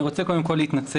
אני רוצה קודם כול להתנצל.